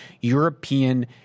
European